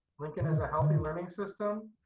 lincoln is a healthy learning system.